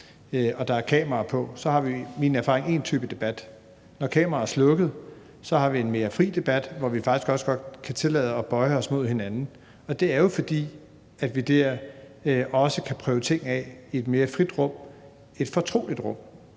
og der er kamera på, har vi i min erfaring én type debat, og når kameraerne er slukket, har vi en mere fri debat, hvor vi faktisk også godt kan tillade os at bøje os mod hinanden. Og det er jo, fordi vi der også kan prøve ting af i et mere frit rum, et fortroligt rum,